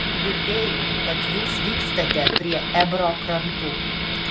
girdėjau kad jūs vykstate prie ebro krantų